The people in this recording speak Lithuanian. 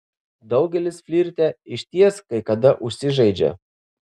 daugelis flirte išties kai kada užsižaidžia